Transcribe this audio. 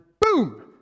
boom